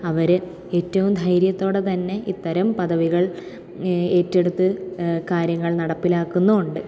അവര് ഏറ്റവും ധൈര്യത്തോടെ തന്നെ ഇത്തരം പദവികൾ ഏറ്റെടുത്ത് കാര്യങ്ങൾ നടപ്പിലാക്കുന്നുണ്ട്